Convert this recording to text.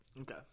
Okay